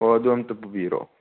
ꯍꯣ ꯑꯗꯣ ꯑꯝꯇ ꯄꯨꯕꯤꯔꯛꯑꯣ